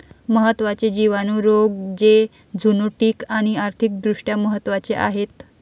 महत्त्वाचे जिवाणू रोग जे झुनोटिक आणि आर्थिक दृष्ट्या महत्वाचे आहेत